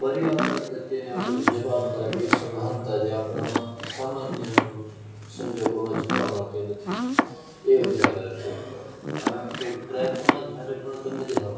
પર્યાવરણ પ્રત્યેની આપણી જવાબદારીઓ સભાનતા જે આપણામાં સામાન્ય સંજોગોમાં જોવા મળતી નથી એ ઉજાગર થઈ કારણ કે ટ્રેકમાં જ્યારે પણ તમે જાઓ